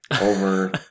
over